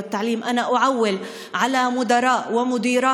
וזה דורש מאיתנו תוכנית עבודה מיוחדת